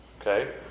Okay